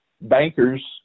Bankers